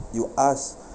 you ask